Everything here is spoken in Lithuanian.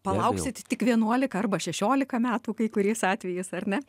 palauksit tik vienuolika arba šešiolika metų kai kuriais atvejais ar ne